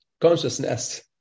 consciousness